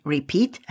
Repeat